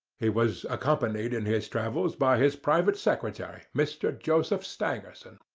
he was accompanied in his travels by his private secretary, mr. joseph stangerson.